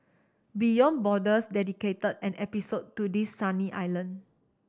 Beyond Borders dedicated an episode to this sunny island